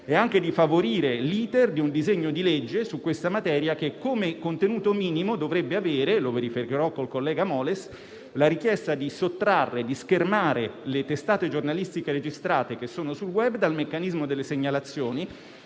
favorendo anche l'*iter* di un disegno di legge su questa materia che come contenuto minimo dovrebbe avere, come verificherò con il collega Moles, la richiesta di sottrarre e di schermare le testate giornalistiche registrate che sono sul *web* dal meccanismo delle segnalazioni,